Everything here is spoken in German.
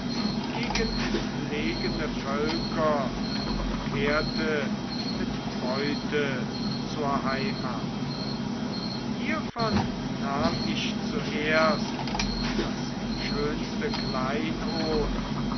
gegen entlegene völker und kehrte mit beute zur heimat hievon nahm ich zuerst das schönste kleinod und